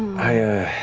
i